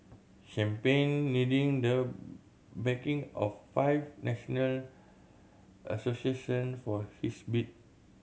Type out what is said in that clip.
champion needing the backing of five national association for his bid